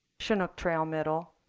chinook trail middle,